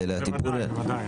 בוודאי, בוודאי.